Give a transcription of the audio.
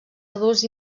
adults